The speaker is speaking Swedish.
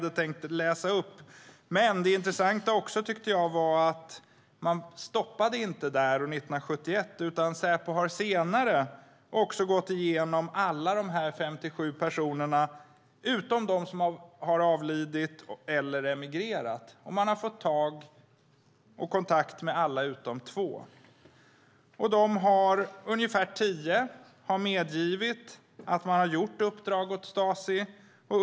Det intressanta är också, tycker jag, att man inte stoppade där år 1971, utan Säpo har senare också gått igenom uppgifterna om alla de 57 personerna utom dem som avlidit eller som emigrerat. Man har fått kontakt med alla utom två. Ungefär tio personer har medgivit att man gjort uppdrag åt Stasi.